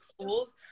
Schools